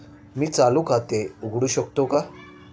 मी चालू खाते उघडू शकतो का?